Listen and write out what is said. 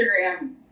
Instagram